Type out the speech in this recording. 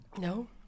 No